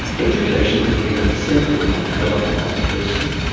education has been at the centre of my development as a person,